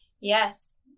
yes